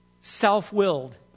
self-willed